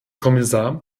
kommissar